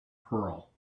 pearl